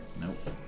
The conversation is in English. Nope